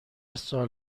سال